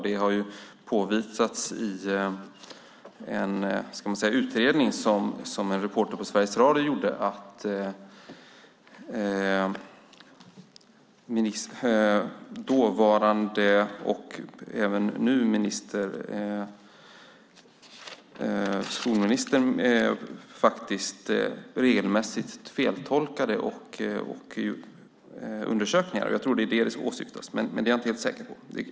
Det har påvisats i en utredning som en reporter på Sveriges Radio gjorde att dåvarande och även nuvarande skolministern regelmässigt feltolkade undersökningar. Jag tror att det är det som åsyftas, men jag är inte helt säker.